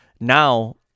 now